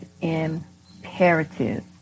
imperative